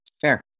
Fair